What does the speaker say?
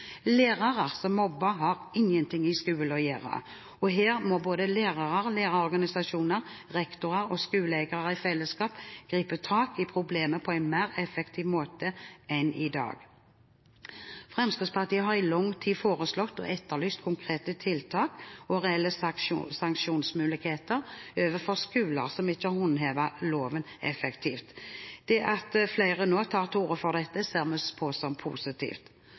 Lærere som mobber, har ingenting i skolen å gjøre, og her må både lærere og lærerorganisasjoner, rektorer og skoleeiere i fellesskap gripe tak i problemet på en mer effektiv måte enn i dag. Fremskrittspartiet har i lang tid foreslått og etterlyst konkrete tiltak og reelle sanksjonsmuligheter overfor skoler som ikke håndhever loven effektivt. Det at flere nå tar til orde for dette, ser vi på som positivt.